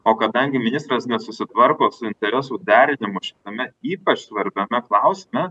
o kadangi ministras nesusitvarko su interesų derinimu tame ypač svarbiame klausime